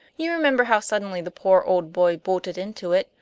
you remember how suddenly the poor old boy bolted into it,